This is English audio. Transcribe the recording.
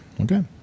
Okay